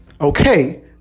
okay